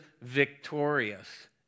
victorious